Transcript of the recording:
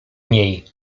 niej